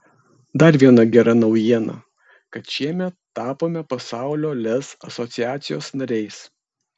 dar viena gera naujiena kad šiemet tapome pasaulio lez asociacijos nariais